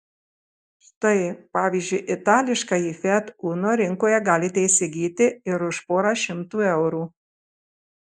štai pavyzdžiui itališkąjį fiat uno rinkoje galite įsigyti ir už porą šimtų eurų